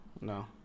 No